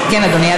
כן, אדוני.